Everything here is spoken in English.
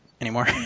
anymore